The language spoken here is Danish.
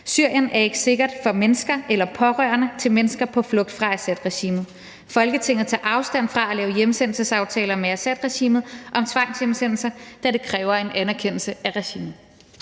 Syrien er ikke sikkert for mennesker eller pårørende til mennesker på flugt fra Assadregimet. Folketinget tager afstand fra at lave hjemsendelsesaftaler med Assadregimet om tvangshjemsendelser, da det kræver anerkendelse af regimet.«